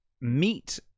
meet